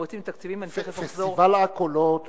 תמריצים תקציביים, אני תיכף אחזור, פסטיבל עכו לא